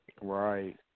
Right